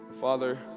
Father